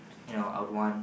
you know I'd want